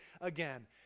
again